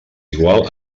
igual